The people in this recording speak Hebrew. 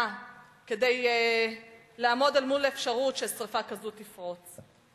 כדי לעמוד אל מול האפשרות ששרפה כזאת תפרוץ.